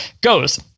goes